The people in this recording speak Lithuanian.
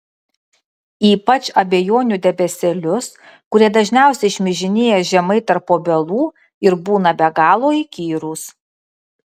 ypač abejonių debesėlius kurie dažniausiai šmižinėja žemai tarp obelų ir būna be galo įkyrūs